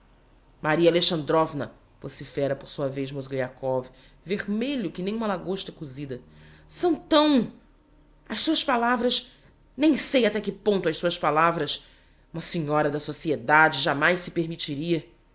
vez mozgliakov vermelho que nem uma lagosta cozida são tão as suas palavras nem sei até que ponto as suas palavras uma senhora da sociedade jámais se permittiria